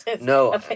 No